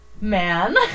man